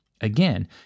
again